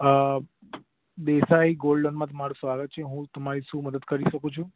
અ દેસાઈ ગોલ્ડલોનમાં તમારું સ્વાગત છે હું તમારી શું મદદ કરી શકું છું